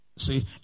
See